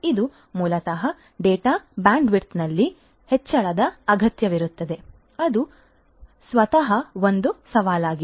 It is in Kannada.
ಇದು ಮೂಲತಃ ಡೇಟಾ ಬ್ಯಾಂಡ್ವಿಡ್ತ್ನಲ್ಲಿ ಹೆಚ್ಚಳದ ಅಗತ್ಯವಿರುತ್ತದೆ ಅದು ಸ್ವತಃ ಒಂದು ಸವಾಲಾಗಿದೆ